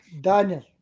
Daniel